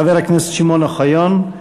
חבר הכנסת שמעון אוחיון,